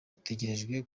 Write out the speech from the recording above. utegerejwe